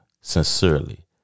Sincerely